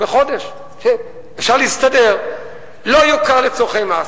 בחודש, אפשר להסתדר, לא יוכר לצורכי מס.